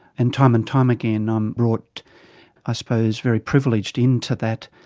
and time and time again i'm brought i suppose very privileged into that,